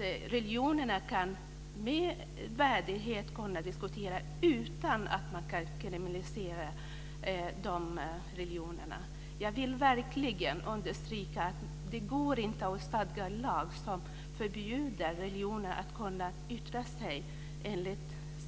Religion ska kunna diskuteras med värdighet utan att man diskriminerar olika religioner. Jag vill verkligen understryka att det inte går att stadga lagar som förbjuder olika religioner att yttra sig enligt